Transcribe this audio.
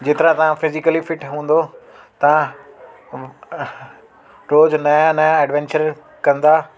जेतिरा तव्हां physically fit हूंदव तव्हां रोज़ नयां नयां एडवेंचर कंदा